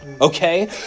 Okay